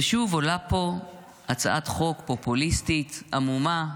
ושוב עולה פה הצעת חוק פופוליסטית עמומה.